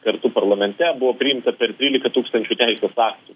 kartu parlamente buvo priimta per trylika tūkstančių teisės aktų